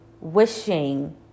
wishing